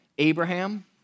Abraham